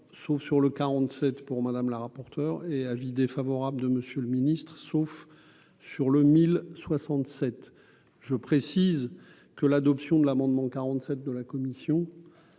sauf sur le 47 pour Madame la rapporteure et avis défavorable de Monsieur le Ministre, sauf sur le 1067 je précise que l'adoption de l'amendement 47 de la commission